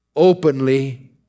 Openly